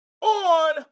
on